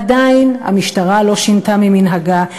עדיין המשטרה לא שינתה ממנהגה.